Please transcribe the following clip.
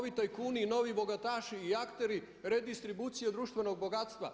Novi tajkuni i novi bogataši i akteri redistrubucije društvenog bogatstva?